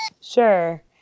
Sure